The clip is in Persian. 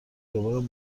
جبران